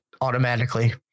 automatically